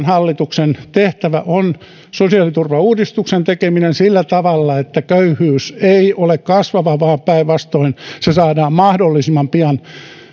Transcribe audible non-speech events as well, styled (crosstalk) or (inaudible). (unintelligible) hallituksen tehtävä on sosiaaliturvauudistuksen tekeminen sillä tavalla että köyhyys ei ole kasvava vaan päinvastoin se saadaan mahdollisimman pian